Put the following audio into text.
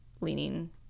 leaning